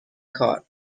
کار